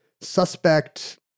suspect